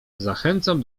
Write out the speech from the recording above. zachęcam